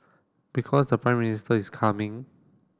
because the Prime Minister is coming